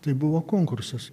tai buvo konkursas